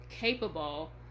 capable